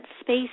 space